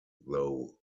though